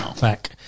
back